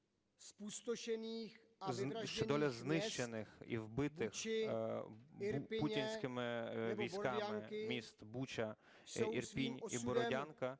доля знищених і вбитих путінськими військами міст Буча, Ірпінь і Бородянка,